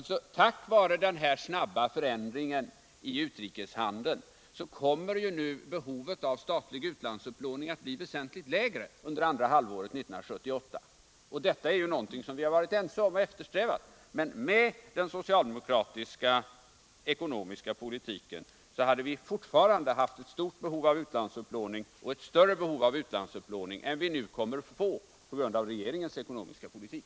Tack vare den snabba förändringen i utrikeshandeln kommer nu behovet av statlig utlandsupplåning att bli väsentligt lägre under andra halvåret 1978. Detta är ju någonting som vi har varit ense om att eftersträva. Men med den socialdemokratiska ekonomiska politiken hade vi fortfarande haft ett stort behov av utlandsupplåning — och ett större behov av utlandsupplåning än vi nu kommer att få på grund av regeringens ekonomiska politik.